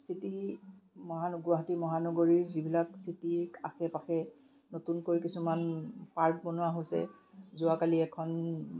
city মহা গুৱাহাটী মহানগৰীৰ যিবিলাক চিটিৰ আশে পাশে নতুনকৈ কিছুমান পাৰ্ক বনোৱা হৈছে যোৱাকালি এখন